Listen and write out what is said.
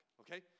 Okay